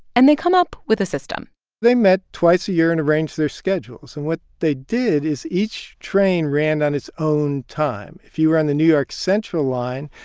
and they come up with a system they met twice a year and arranged their schedules. and what they did is each train ran on its own time. if you were on the new york central line,